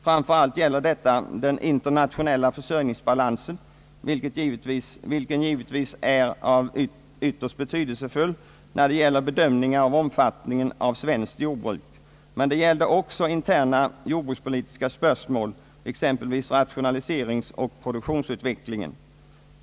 Framför allt gäller detta den internationella försörjningsbalansen, vilken givetvis är ytterst betydelsefull när det gäller bedömningar av omfattningen av svenskt jordbruk framöver, men även beträffande interna jordbrukspolitiska spörsmål, exempelvis rationaliseringsoch produktionsutvecklingen.